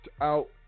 out